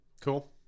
Cool